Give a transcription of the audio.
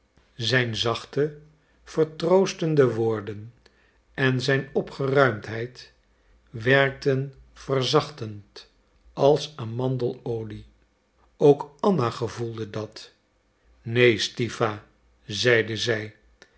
zijn zachte vertroostende woorden en zijn opgeruimdheid werkten verzachtend als amandelolie ook anna gevoelde dat neen stiwa zeide zij